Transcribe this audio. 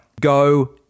go